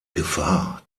gefahr